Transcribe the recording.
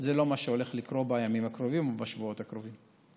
זה לא מה שהולך לקרות בימים הקרובים או בשבועות הקרובים.